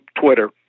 Twitter